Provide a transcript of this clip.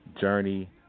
journey